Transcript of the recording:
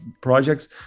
projects